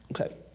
Okay